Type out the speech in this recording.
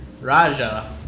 Raja